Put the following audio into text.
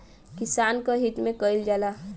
किसान क हित में कईल जाला